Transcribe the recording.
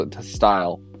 style